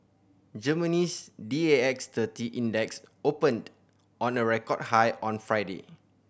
Germany's D A X thirty Index opened on a record high on Friday